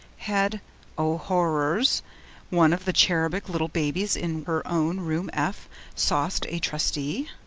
had o horrors one of the cherubic little babes in her own room f sauced a trustee?